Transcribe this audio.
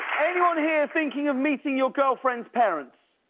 anyone here thinking of meeting your girlfriend's parents?